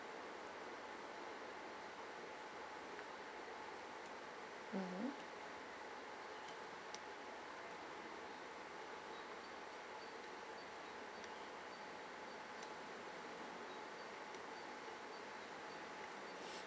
mmhmm